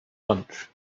lunch